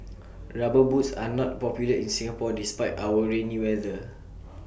rubber boots are not popular in Singapore despite our rainy weather